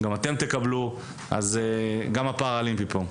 תודה, אלון.